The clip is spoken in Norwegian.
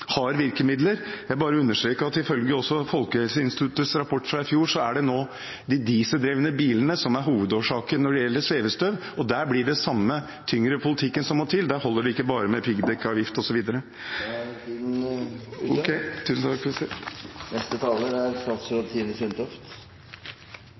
har virkemidler. Jeg vil bare understreke at ifølge Folkehelseinstituttets rapport fra i fjor, er det nå dieseldrevne biler som er hovedårsaken til svevestøv. Den samme tyngre politikken må til, det holder ikke bare med piggdekkavgift